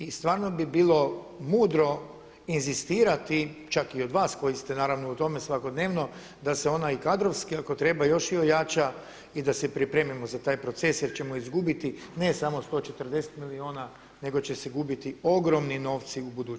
I stvarno bi bilo mudro inzistirati čak i od vas koji ste naravno u tome svakodnevno da se onaj kadrovski ako treba još i ojača i da se pripremimo za taj proces jer ćemo izgubiti ne samo 140 milijuna nego će se gubiti ogromni novci u budućnosti.